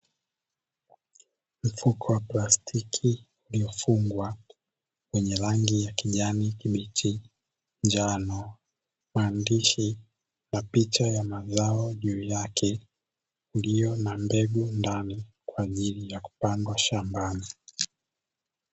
Mfuko wa plastiki umefungwa wenye rangi ya kijani kibichi, njano, maandishi na picha ya mazao juu yake. Ulio na mbegu ndani kwa ajili ya kupandwa shambani.